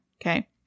Okay